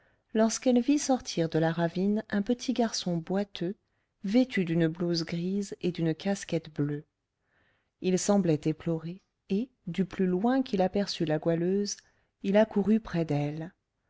lorsqu'elle vit sortir de la ravine un petit garçon boiteux vêtu d'une blouse grise et d'une casquette bleue il semblait éploré et du plus loin qu'il aperçut la goualeuse il accourut près d'elle